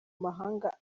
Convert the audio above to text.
mahanga